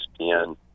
ESPN